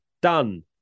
Done